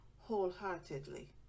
wholeheartedly